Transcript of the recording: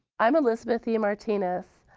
i'm elizabeth e. martinez.